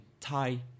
Thai